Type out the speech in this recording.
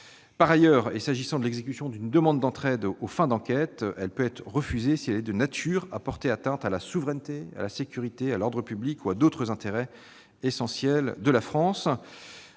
Par ailleurs, et s'agissant de l'exécution d'une demande d'entraide aux fins d'enquête, elle peut être refusée si elle est de nature à porter atteinte à la souveraineté, à la sécurité, à l'ordre public ou à d'autres intérêts essentiels de la France.